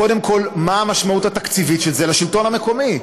קודם כל מה המשמעות התקציבית של זה לשלטון המקומי.